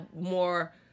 more